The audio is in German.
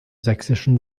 sächsischen